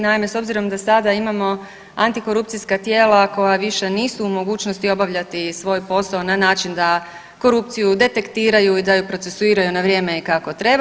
Naime, s obzirom da sada imamo antikorupcijska tijela koja više nisu u mogućnosti obavljati svoj posao na način da korupciju detektiraju i da je procesuiraju na vrijeme i kako treba.